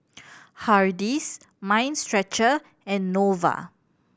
Hardy's Mind Stretcher and Nova